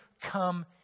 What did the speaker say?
come